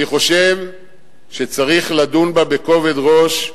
אני חושב שצריך לדון בה בכובד ראש,